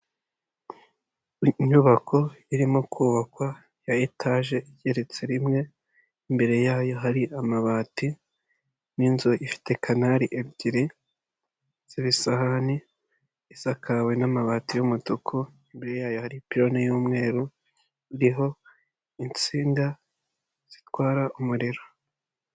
Inyubako irimo kubakwa ya etaje igeretse rimwe, imbere yayo hari amabati n'inzu ifite canali ebyiri z'ibisahani, isakawe n'amabati y'umutuku, imbere yaho hari pironi y'umweru iriho insinga zitwara umuriro.